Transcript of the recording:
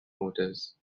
motors